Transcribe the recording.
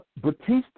Batista